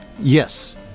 Yes